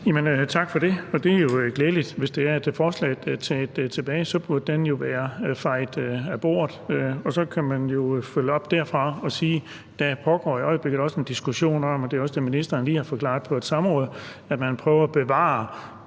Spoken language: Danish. Tak for det. Det er jo glædeligt, hvis det forslag er taget tilbage. Så burde det jo være fejet af bordet, og så kan man følge op derfra og sige, at der i øjeblikket også pågår en diskussion om – det er også det, ministeren lige har forklaret på et samråd – at prøve at bevare